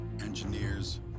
engineers